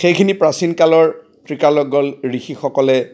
সেইখিনি প্ৰাচীন কালৰ ত্ৰিকালজ্ঞ ঋষিসকলে